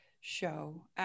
show